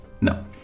No